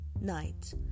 night